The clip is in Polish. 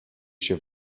się